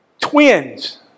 Twins